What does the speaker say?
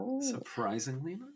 surprisingly